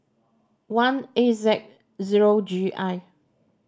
one A Z zero G I